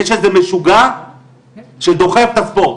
יש איזה משוגע שדוחף את הספורט.